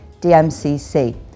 DMCC